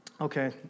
Okay